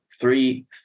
three